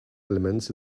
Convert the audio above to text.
elements